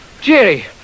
Jerry